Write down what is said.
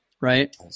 right